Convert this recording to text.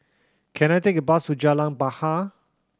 can I take a bus to Jalan Bahar